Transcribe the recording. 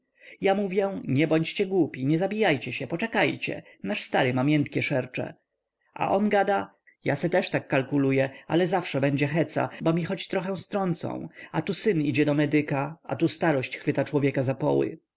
ja mówię nie bądźcie głupi nie żabijajcie się poczekajcie nasz stary ma miętkie szercze a on gada ja se też tak kalkuluję ale zawsze będzie heca bo mi choć trochę strącą a tu syn idzie na medyka a tu starość chwyta człowieka